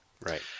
Right